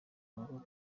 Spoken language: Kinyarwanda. ngo